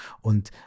und